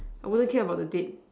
I wouldn't care about the date